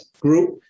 group